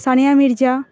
Sania Mirza